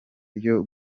ryo